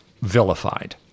vilified